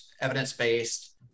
evidence-based